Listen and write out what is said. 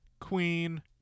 queen